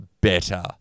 better